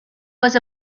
was